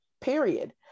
period